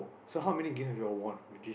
so how many games have you all won with this